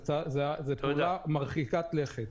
זאת פעולה מרחיקת לכת.